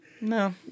No